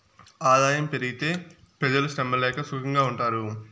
ఆదాయం పెరిగితే పెజలు శ్రమ లేక సుకంగా ఉంటారు